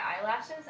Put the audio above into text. eyelashes